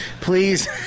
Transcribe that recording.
please